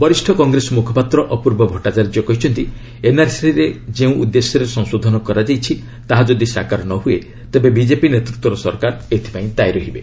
ବରିଷ୍ଣ କଂଗ୍ରେସ ମୁଖପାତ୍ର ଅପ୍ରର୍ବ ଭଟ୍ଟାଚାର୍ଯ୍ୟ କହିଛନ୍ତି ଏନ୍ଆର୍ସିରେ ଯେଉଁ ଉଦ୍ଦେଶ୍ୟରେ ସଂଶୋଧନ କରାଯାଇଛି ତାହା ଯଦି ସାକାର ନହଏ ତେବେ ବିଜେପି ନେତୃତ୍ୱର ସରକାର ଏଥିପାଇଁ ଦାୟି ରହିବେ